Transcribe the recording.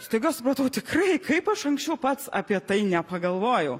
staiga supratau tikrai kaip aš anksčiau pats apie tai nepagalvojau